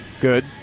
Good